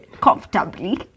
comfortably